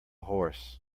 horse